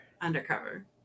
undercover